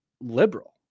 liberal